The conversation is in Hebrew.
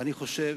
ואני חושב